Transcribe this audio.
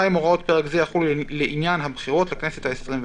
"הוראות פרק זה יחולו לעניין הבחירות לכנסת העשרים וארבע".